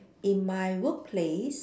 in my workplace